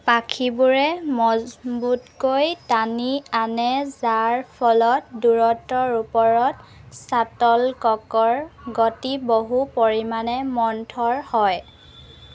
পাখিবোৰে মজবুতকৈ টানি আনে যাৰ ফলত দূৰত্বৰ ওপৰত শ্বাটল ককৰ গতি বহু পৰিমাণে মন্থৰ হয়